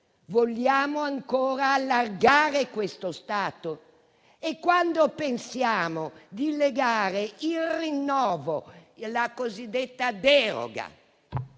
Vogliamo ancora allargare questo stato? Quando pensiamo di legare il rinnovo, la cosiddetta deroga,